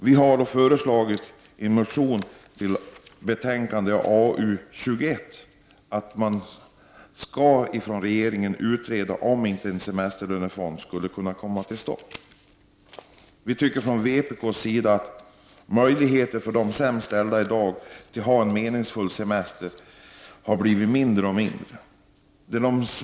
Vii vpk har i en motion i arbetsmarknadsutskottets betänkande 21 föreslagit att regeringen skall utreda om inte en semesterlönefond skulle kunna komma till stånd. Vi från vpk anser att möjligheterna för de sämst ställda i dag att ha en meningsfull semester har blivit mindre och mindre.